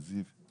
בזיו.